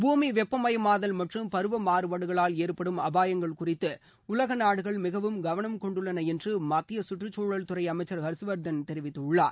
பூமி வெப்பமயமாதல் மற்றும் பருவ மாறுபாடுகளால் ஏற்படும் அபாயங்கள் குறித்து உலக நாடுகள் மிகவும் கவனம் கொண்டுள்ளன என்று மத்திய கற்றுச்சூழல் துறை அமைச்சர் ஹர்ஸ்வர்தன் தெரிவித்குள்ளார்